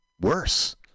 worse